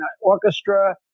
orchestra